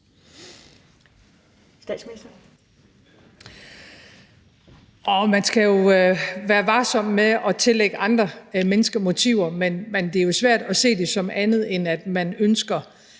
Man skal være varsom med at tillægge andre mennesker motiver, men det er jo svært at se det som andet, end at man ønsker,